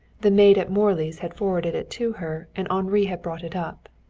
the maid at morley's had forwarded it to her, and henri had brought it up.